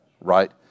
right